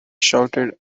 shouted